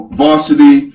varsity